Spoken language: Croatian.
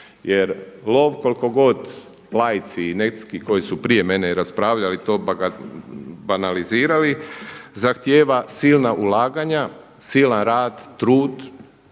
i …/Govornik se ne razumije./… koji su prije mene raspravljali to banalizirali zahtjeva silna ulaganja, silan rad, trud